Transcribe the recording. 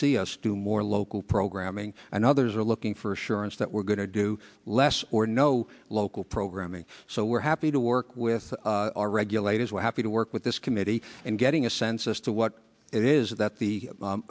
see us do more local programming and others are looking for assurance that we're going to do less or no local programming so we're happy to work with our regulators we're happy to work with this committee and getting a sense as to what it is that the